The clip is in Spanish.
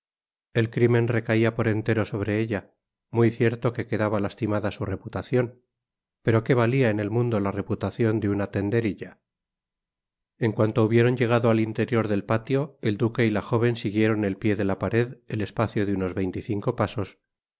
el crimen recaia por entero sobre ella muy cierto que quedaba lastimada su reputacion pero qué valia en el mundo la reputacion de una tenderilla en cuanto hubieron llegado al interior del patio el duque y la joven siguieron el pié de la pared el espacio de unos veinte y cinco pasos